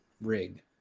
rig